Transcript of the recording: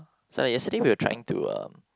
so like yesterday we were trying to um